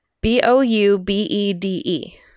B-O-U-B-E-D-E